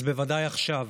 ובוודאי עכשיו,